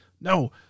no